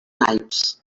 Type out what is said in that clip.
naips